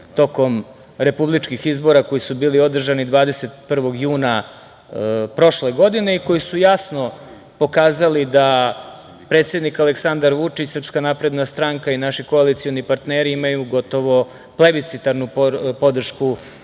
tokom republičkih izbora koji su bili održani 21. juna prošle godine, i koji su jasno pokazali da predsednik Aleksandar Vučić i SNS i naši koalicioni partneri imaju gotovo plebiscitarnu podršku